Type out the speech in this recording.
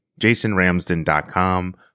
jasonramsden.com